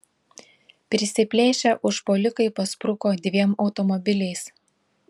prisiplėšę užpuolikai paspruko dviem automobiliais